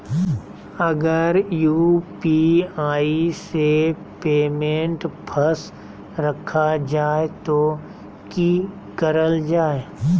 अगर यू.पी.आई से पेमेंट फस रखा जाए तो की करल जाए?